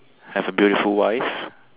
have a beautiful wife